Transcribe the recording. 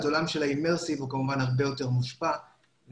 העולם של ה-אימרסיב הוא כמובן הרבה יותר מושפע ואם